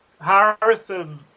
Harrison